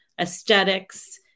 aesthetics